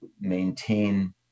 maintain